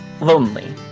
lonely